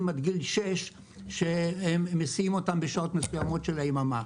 עד גיל שש שהם מסיעים אותם בשעות מסוימות של היממה.